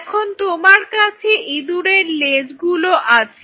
এখন তোমার কাছে ইঁদুরের লেজ গুলো আছে